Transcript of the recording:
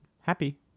Happy